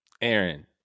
Aaron